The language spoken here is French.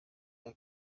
mon